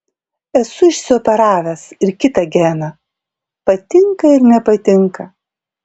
esu išsioperavęs ir kitą geną patinka ir nepatinka